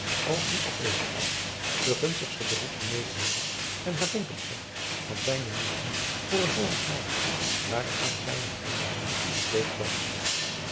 als die afwezig was de gunstigste berigten mededeelde en haar wenken gaf van zijne liefde voor een hollandsch meisje waaraan zijne geheele ziel verkleefd was